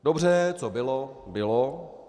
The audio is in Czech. Dobře, co bylo, bylo.